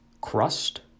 crust